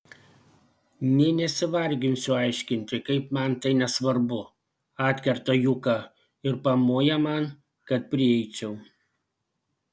nė nesivarginsiu aiškinti kaip man tai nesvarbu atkerta juka ir pamoja man kad prieičiau